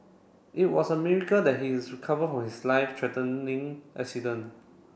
it was a miracle that he is recovered from his life threatening accident